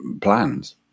plans